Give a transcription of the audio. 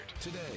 Today